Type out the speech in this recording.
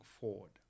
forward